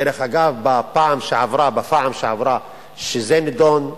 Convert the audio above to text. דרך אגב, בפעם שעברה שזה נדון,